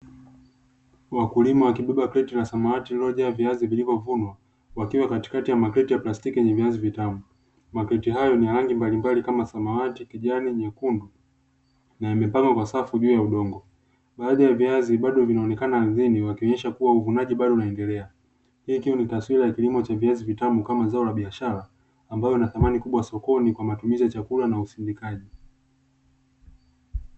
Wakulima wa kibebe kreti la samawati lililo jaa viazi vilivyo vunwa, wakiwa katikati ya makreti ya plastiki yenye viazi vitamu, makreti hayo niya rangi mbalimbali kama; samawati, kijani, nyekundu na yamepangwa kwa safu juu ya udongo baadhi ya viazi bado vinaonekana ardhini wakionyesha kuwa uvunaji bado unaendelea, hii ikiwa ni taswira ya kilimo cha viazi vitamu kama zao la biashara ambayo ina thamani kubwa sokoni kwa matumizi ya chakula na usindikaji.